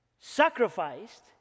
sacrificed